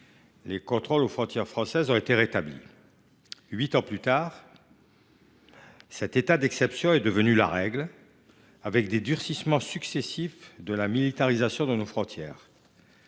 Les contrôles aux frontières françaises ont été rétablis. Huit ans plus tard, cet état d’exception est devenu la règle, avec des durcissements successifs de la militarisation de nos frontières.